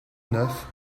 neuf